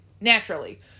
Naturally